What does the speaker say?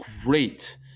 great